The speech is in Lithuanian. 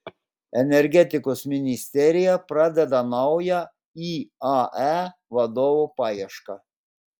energetikos ministerija pradeda naujo iae vadovo paiešką